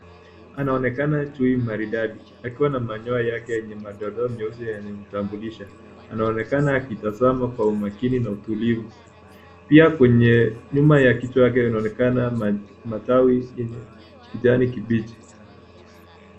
Anaonekana chui maridadi akiwa na manyoa yake yenye madoadoa meusi yana mtambulisha. Anaonekana akitazama kwa umakini na utulivu. Pia kwenye nyuma ya kichwa yake inaonekana matawi yenye kijani kibichi.